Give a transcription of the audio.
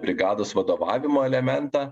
brigados vadovavimo elementą